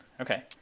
Okay